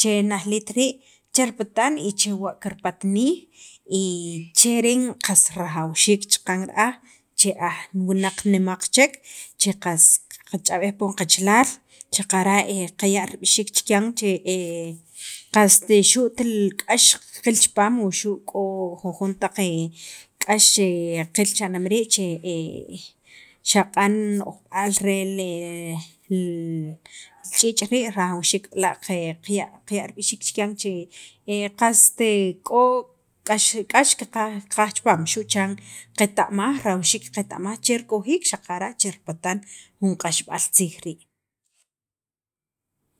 che naj liit rii' che ripatan y chewa' kirpatnij y cheren qas rajawxiik chaqan ra'aj che aj wunaq nemaq chek che qas qach'ab'ej poon qachalaal, xaqara' qaya' rib'ixiik chikyan che qast xu't li k'ax qil chipaam wuxu' k'o jujon taq k'ax qaqil cha'nem rii', xaqa'an no'jb'aal re le li ch'iich' rii' rajawxiik b'la' qaya' rib'ixiik chikyan che qe qast k'o k'ax, k'ax kiqaj chipaam xu' chan qaqeta'maj rajawxiik qaqeta'maj che rikojiik xaqara' che ripatan jun q'axb'al tziij rii'